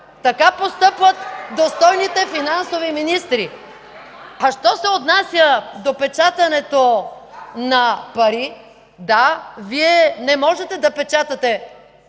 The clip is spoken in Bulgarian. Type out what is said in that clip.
Така постъпват достойните финансови министри. А що се отнася до печатането на пари – да, Вие не можете да печатате